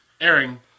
Airing